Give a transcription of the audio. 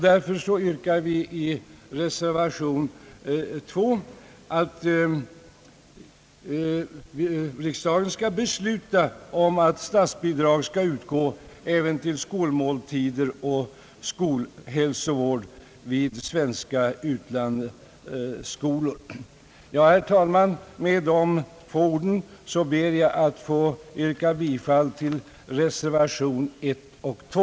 Därför yrkar vi i reservation 2 att riksdagen skall besluta om att statsbidrag skall utgå även till skolmåltider och skolhälsovård vid svenska skolor i utlandet. Herr talman! Med dessa ord ber jag att få yrka bifall till reservationerna 1 och 2.